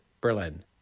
Berlin